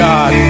God